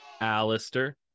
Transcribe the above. Alistair